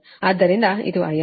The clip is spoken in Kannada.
ಆದ್ದರಿಂದ ಇದು IR